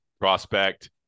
prospect